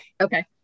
Okay